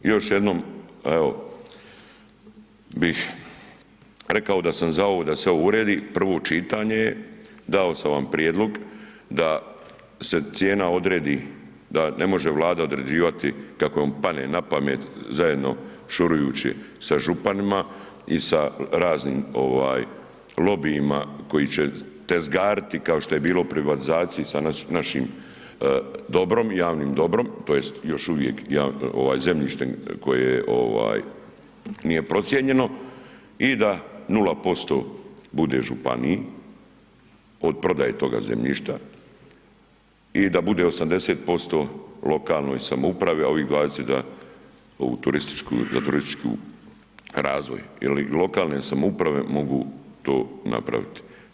Još jednom bih rekao da sam za ovo da se uredi, prvo čitanje je, dao sam vam prijedlog da se cijena odredi da ne može Vlada određivati kako im padne na pamet zajedno šurujući sa županima i sa raznim lobijima koji će tezgariti kao što je bilo u privatizaciji sa našim dobrim, javnim dobrom tj. još uvijek zemljištem koje nije procijenjeno i da nula posto bude županiji od prodaje toga zemljišta i da bude 80% lokalnoj samoupravi, a ovih 20 za turistički razvoj jel i lokalne samouprave mogu to napraviti.